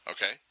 Okay